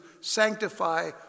sanctify